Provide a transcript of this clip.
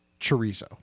chorizo